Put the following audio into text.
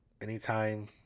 anytime